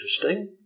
interesting